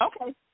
Okay